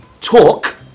talk